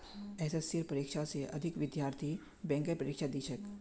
एसएससीर परीक्षा स अधिक अभ्यर्थी बैंकेर परीक्षा दी छेक